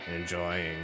enjoying